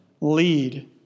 lead